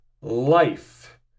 life